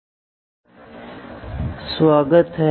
इस कोर्स में स्वागत है